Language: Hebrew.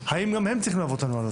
האם גם הם צריכים לעבור את הנוהל הזה?